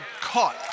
caught